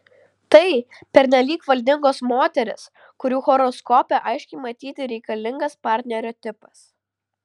tai pernelyg valdingos moterys kurių horoskope aiškiai matyti reikalingas partnerio tipas